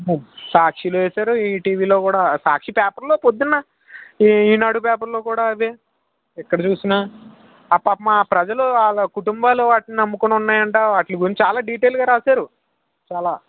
సాక్షిలో వేశారు ఈటీవీలో కూడా సాక్షిపేపర్లో పొద్దున్న ఈనాడు పేపర్లో కూడా అదే ఎక్కడ చూసినా ఆ పర్మ ప్రజలు వాళ్ళ కుటుంబాల వాటిని నమ్ముకుని ఉన్నాయంట వాటిలి గురించి చాలా డీటైల్గా రాశారు చాలా